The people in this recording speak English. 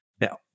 Now